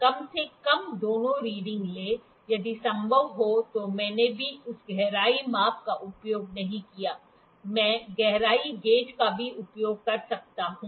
कम से कम दोनों रीडिंग लें यदि संभव हो तो मैंने भी उस गहराई माप का उपयोग नहीं किया मैं गहराई गेज का भी उपयोग कर सकता हूं